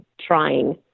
trying